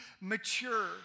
mature